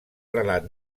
relat